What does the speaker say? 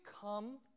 come